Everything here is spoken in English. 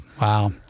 wow